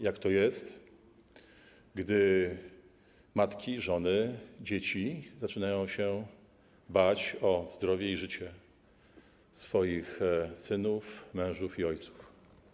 Jak to jest, gdy matki, żony, dzieci zaczynają się bać o zdrowie i życie swoich synów, mężów i ojców?